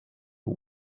who